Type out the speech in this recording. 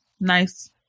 nice